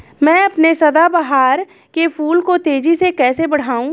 मैं अपने सदाबहार के फूल को तेजी से कैसे बढाऊं?